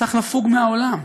צריך לפוג מהעולם.